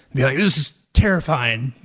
yeah is terrifying,